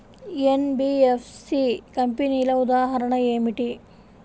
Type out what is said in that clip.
NBFC కంపెనీల ఉదాహరణ ఏమిటి?